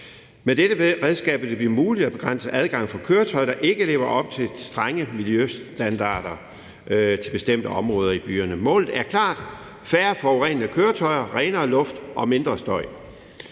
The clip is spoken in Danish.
Med dette redskab vil det blive muligt at begrænse adgangen for køretøjer, der ikke lever op til strenge miljøstandarder, til bestemte områder i byerne. Formålet er klart: Der skal være færre forurenende køretøjer, renere luft og mindre støj.